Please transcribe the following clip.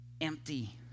empty